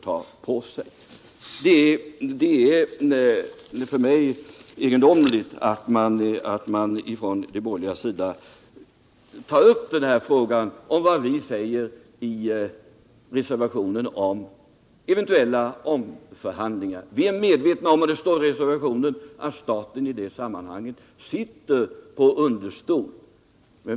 Det är för mig egendomligt att de borgerliga tar upp det som vi säger i reservationen om eventuella omförhandlingar. Vi är medvetna om, och det står i reservationen, att staten i det sammanhanget sitter på understol.